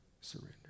surrender